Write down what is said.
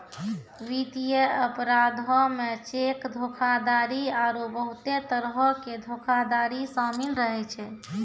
वित्तीय अपराधो मे चेक धोखाधड़ी आरु बहुते तरहो के धोखाधड़ी शामिल रहै छै